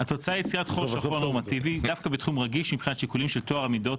התוצאה יצירת חור שחור דווקא בתחום רגיש מבחינת שיקולים של טוהר המידות,